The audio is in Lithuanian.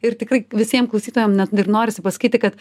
ir tikrai visiem klausytojam net ir norisi pasakyti kad